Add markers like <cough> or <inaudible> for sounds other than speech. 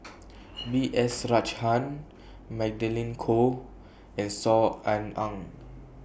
<noise> B S Rajhans Magdalene Khoo and Saw Ean Ang